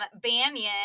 Banyan